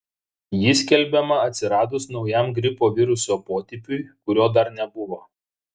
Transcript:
ji skelbiama atsiradus naujam gripo viruso potipiui kurio dar nebuvo